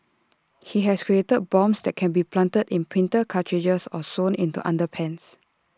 he has created bombs that can be planted in printer cartridges or sewn into underpants